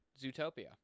Zootopia